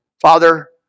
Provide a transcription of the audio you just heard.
Father